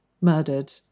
murdered